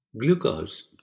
Glucose